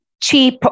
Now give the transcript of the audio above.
cheap